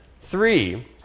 Three